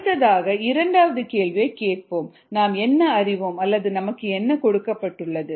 அடுத்ததாக இரண்டாவது கேள்வியைக் கேட்போம் நாம் என்ன அறிவோம் அல்லது நமக்கு என்ன கொடுக்கப்பட்டுள்ளது